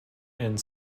and